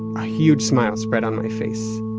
a huge smile spread on my face